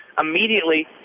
immediately